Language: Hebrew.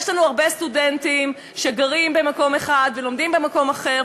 יש לנו הרבה סטודנטים שגרים במקום אחד ולומדים במקום אחר,